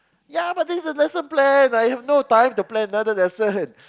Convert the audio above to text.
ya but that's the lesson plan I have no time to plan another lesson